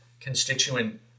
constituent